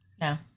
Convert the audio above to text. No